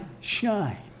shine